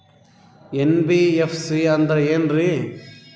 NBFC ಅಂದ್ರ ಏನ್ರೀ?